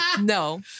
no